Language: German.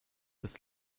des